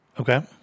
Okay